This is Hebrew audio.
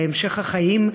להמשך החיים.